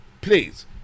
please